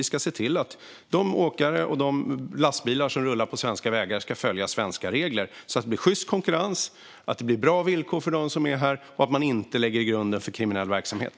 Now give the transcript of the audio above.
Vi ska se till att de åkare och de lastbilar som rullar på svenska vägar följer svenska regler, så att det blir sjyst konkurrens och bra villkor för dem som är här och så att man inte lägger grunden för kriminell verksamhet.